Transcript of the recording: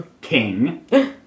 King